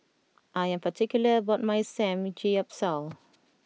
I am particular about my Samgeyopsal